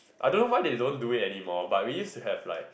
I don't know why they don't do it anymore but we used to have like